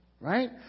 right